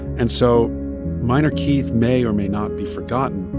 and so minor keith may or may not be forgotten,